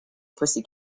pussy